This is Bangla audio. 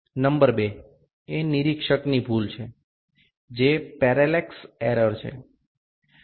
দ্বিতীয় টি হল পর্যবেক্ষণ ত্রুটি যা সমান্তরালতা ত্রুটি তবে যন্ত্রটি বেশ পরিষ্কার